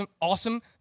awesome